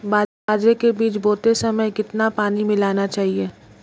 बाजरे के बीज बोते समय कितना पानी मिलाना चाहिए?